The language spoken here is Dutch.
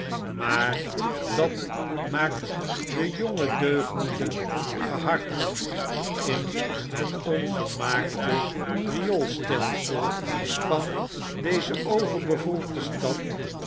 maar dat maakt de jonge deugnieten gehard in het onvolmaakte rioolstelsel van dezeoverbevolkte stad